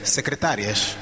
Secretárias